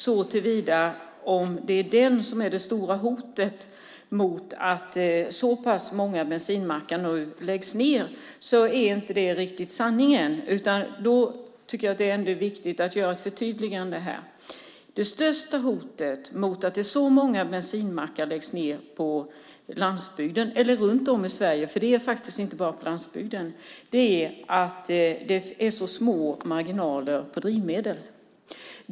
Är det verkligen den som är det stora hotet som gör att så många bensinmackar nu läggs ned? Nej, det är inte riktigt sanningen. Det är viktigt att göra ett förtydligande här. Den främsta anledningen till att så många bensinmackar läggs ned runt om i Sverige - det är faktiskt inte bara på landsbygden - är att det är så små marginaler på drivmedel.